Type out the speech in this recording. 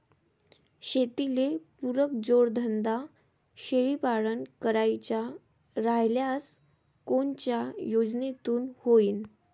शेतीले पुरक जोडधंदा शेळीपालन करायचा राह्यल्यास कोनच्या योजनेतून होईन?